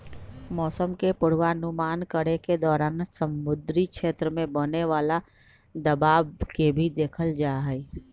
मौसम के पूर्वानुमान करे के दौरान समुद्री क्षेत्र में बने वाला दबाव के भी देखल जाहई